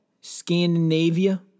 Scandinavia